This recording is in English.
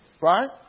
Right